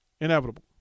Inevitable